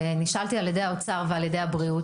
ונשאלתי על ידי האוצר ועל ידי הבריאות